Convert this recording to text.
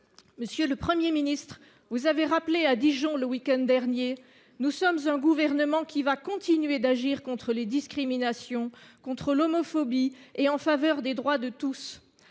Monsieur le Premier ministre, vous avez déclaré, à Dijon, le week end dernier :« Nous sommes un gouvernement qui va continuer d’agir contre les discriminations, contre l’homophobie et en faveur des droits de tous.